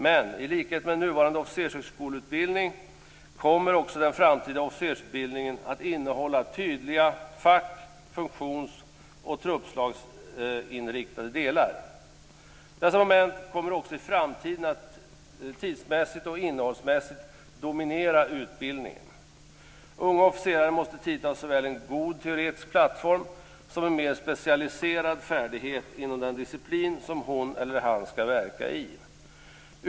Men i likhet med nuvarande officershögskoleutbildning kommer också den framtida officersutbildningen att innehålla tydliga fack-, funktions och truppslagsinriktade delar. Dessa moment kommer också i framtiden att tidsmässigt och innehållsmässigt dominera utbildningen. Unga officerare måste tidigt ha såväl en god teoretisk plattform som en mer specialiserad färdighet inom den disciplin som hon eller han skall verka i.